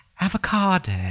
Avocado